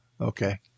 okay